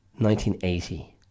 1980